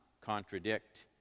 contradict